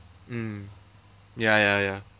mm ya ya ya